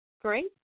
Great